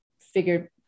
figure